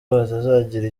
hatazagira